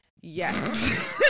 Yes